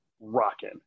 rocking